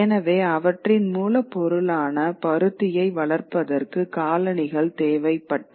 எனவே அவற்றின் மூலப்பொருளான பருத்தியை வளர்ப்பதற்கு காலனிகள் தேவைப்பட்டன